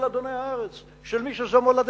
של אדוני הארץ, של מי שזו מולדתם.